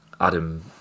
Adam